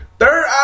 Third